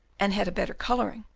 and had a better colouring,